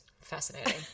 Fascinating